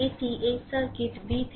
এটি এই circuit VThevenin